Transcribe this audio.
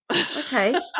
Okay